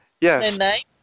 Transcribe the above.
Yes